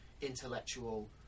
intellectual